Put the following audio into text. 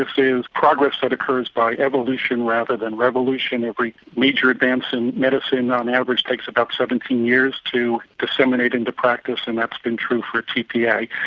ah is progress that occurs by evolution rather than revolution. every major advance in medicine on average takes about seventeen years to disseminate into practice, and that's been true for tpa.